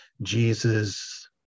Jesus